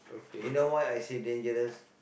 you know why I say dangerous